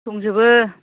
दंजोबो